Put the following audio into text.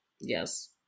Yes